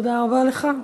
תודה רבה לך.